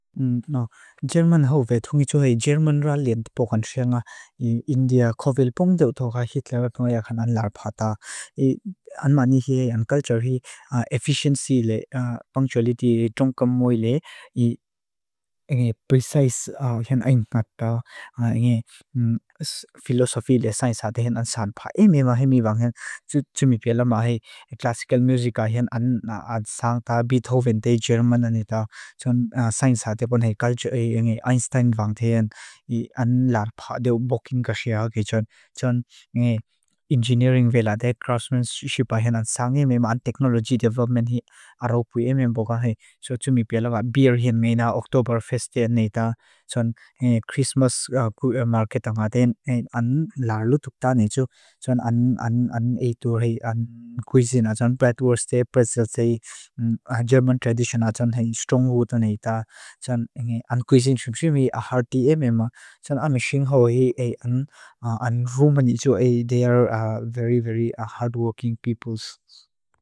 Dʒerman hau ve, thungi tʃuhai dʒerman ra lien tpokan tʃenga, india kovil pongdewdho ka hitlera punga yakan an larpa ta. An maani hi, an kaltsar hi, efficiency le, punctuality le, tʃongkam mui le, ngi precise hien aingat ta, ngi philosophy le, science hati hien an saanpa. E miwa he miwa, tsumipela mahi classical musica hien an saan ta, Beethoven de, dʒerman anita, tʃon science hati pon he, Einstein vangthien, an larpa de, bokin kaxia hagi tʃon, ngi engineering vela de, craftsmanshipa hien an saange meam, an technology development hi, arawpui e meam boka he, tsumipela ba, beer hien meina, octoberfest de anita, tʃon christmas market anga de, an larlu tukta ni tʃon, an eitur he, an cuisine a tʃon, bratwurst de, pretzel de, a dʒerman tradition a tʃon he, stronghold an heita, tʃon an cuisine tʃom tʃimi, a hearty e meam a, tʃon an mi singho he, an rumani tʃu e, they are very very hardworking peoples.